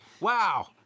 wow